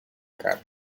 cara